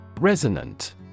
Resonant